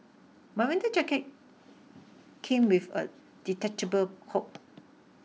my winter jacket came with a detachable hood